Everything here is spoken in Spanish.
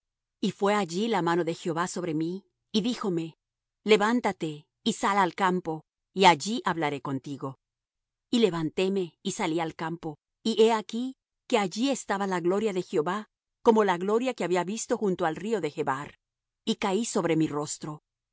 y fué allí la mano de jehová sobre mí y díjome levántate y sal al campo y allí hablaré contigo y levantéme y salí al campo y he aquí que allí estaba la gloria de jehová como la gloria que había visto junto al río de chebar y caí sobre mi rostro